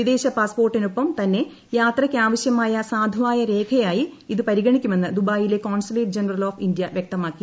വിദേശ പാസ്പോർട്ടിനൊപ്പം തന്നെ യാത്രയ്ക്കാവശ്യമായ സാധുവായ രേഖയായി ഇതു പരിഗണിക്കുമെന്ന് ദുബായിലെ കോൺസുലേറ്റ് ജനറൽ ഓഫ് ഇന്ത്യ വ്യക്തമാക്കി